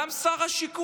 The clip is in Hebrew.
גם שר השיכון,